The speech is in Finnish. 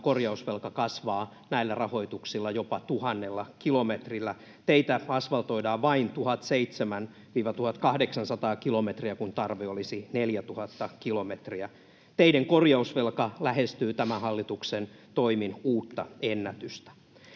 korjausvelka kasvaa näillä rahoituksilla jopa 1 000 kilometrillä. Teitä asvaltoidaan vain 1 700—1 800 kilometriä, kun tarve olisi 4 000 kilometriä. Teiden korjausvelka lähestyy tämän hallituksen toimin uutta ennätystä.